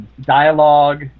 dialogue